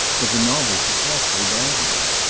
but the novel's an awfully bad one.